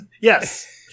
Yes